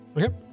Okay